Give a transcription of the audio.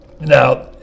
Now